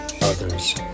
others